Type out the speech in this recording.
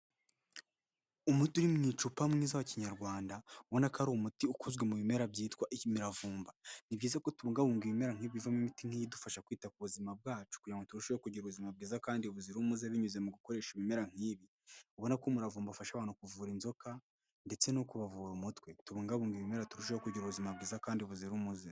Umuti uri mu icupa mwiza wa Kinyarwanda, ubona ko ari umuti ukozwe mu bimera byitwa ikimiramvumba. Ni byiza kubungabunga ibimera nk'ibivamo imiti nk'iyi idufasha kwita ku buzima bwacu kugira ngo turusheho kugira ubuzima bwiza kandi buzira umuze binyuze mu gukoresha ibimera nk'ibi. Ubona ko umuravumba afasha abantu kuvura inzoka ndetse no kubavura umutwe. Tubungabunge ibimera turusheho kugira ubuzima bwiza kandi buzira umuze.